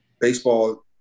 baseball